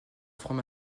franc